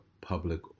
public